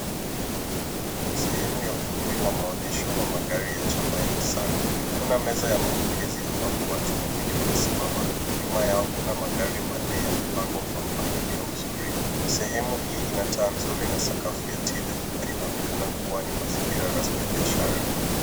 Sehemu ya ukumbi wa maonyesho wa magari ya chapa ya nissan. Kuna meza ya mapokezi ambapo watu wawili wamesimama na nyuma yao kuna magari manne yamepangwa kwa mpangilio mzuri. Sehemu hii ina taa nzuri na sakafu ya tile na inaonekana kuwa ni mazingira rasmi ya biashara.